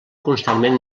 constantment